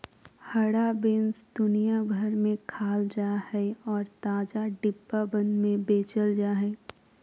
हरा बीन्स दुनिया भर में खाल जा हइ और ताजा, डिब्बाबंद में बेचल जा हइ